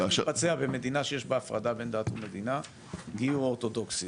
אז איך מתבצע במדינה שיש בה הפרדה בין דת ומדינה גיור אורתודוקסי?